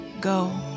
go